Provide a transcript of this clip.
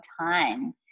time